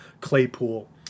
Claypool